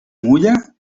mulla